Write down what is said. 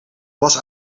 was